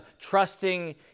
trusting